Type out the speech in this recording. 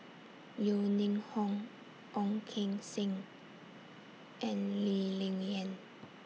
Yeo Ning Hong Ong Keng Sen and Lee Ling Yen